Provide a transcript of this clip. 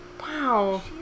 Wow